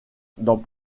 dans